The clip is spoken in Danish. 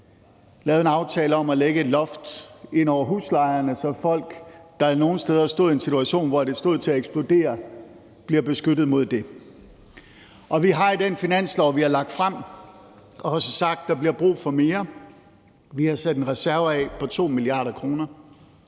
lavet en aftale om at lægge et loft ind over huslejerne, så folk, der jo nogle steder stod i en situation, hvor det stod til at eksplodere, bliver beskyttet mod det. Og vi har i det finanslovsforslag, vi har lagt frem, også sagt, at der bliver brug for mere. Vi har sat en reserve af på 2 mia. kr.,